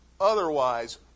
Otherwise